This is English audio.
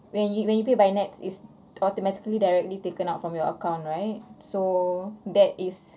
when you when you pay by NETS is automatically directly taken out from your account right so that is